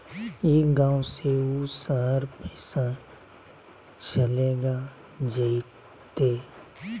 ई गांव से ऊ शहर पैसा चलेगा जयते?